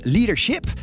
Leadership